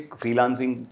freelancing